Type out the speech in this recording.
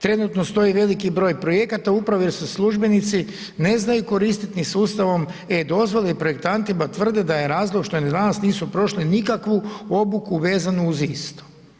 Trenutno stoji veliki broj projekata upravo jer se službenici ne znaju koristiti ni sustavom e-dozvole i projektantima tvrde da je razlog što ni danas nisu prošli nikakvu obuku vezanu uz isto.